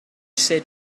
said